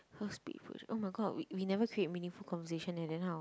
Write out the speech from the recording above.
oh my god we we never create meaningful conversation eh then how